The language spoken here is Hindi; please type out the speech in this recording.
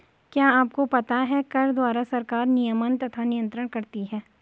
क्या आपको पता है कर द्वारा सरकार नियमन तथा नियन्त्रण करती है?